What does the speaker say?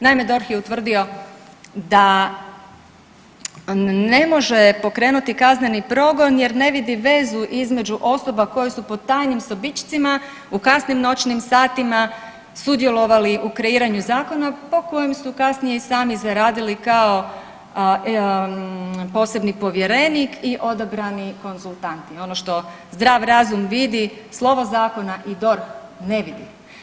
Naime, DORH je utvrdio da ne može pokrenuti kazneni progon jer ne vidi vezu između osoba koje su po tajnim sobičcima u kasnim noćnim satima sudjelovali u kreiranju zakona po kojem su kasnije i sami zaradili kao posebni povjerenik i odabrani konzultant i ono što zdrav razum vidi slovo zakona i DORH ne vidi.